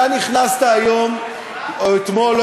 אתה נכנסת היום או אתמול,